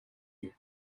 you